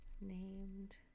Named